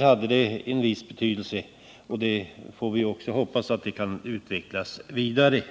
hade det en viss betydelse, och vi får hoppas att det kan utvecklas vidare.